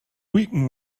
weaken